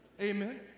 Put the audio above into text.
Amen